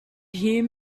hear